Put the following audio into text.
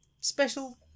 special